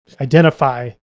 identify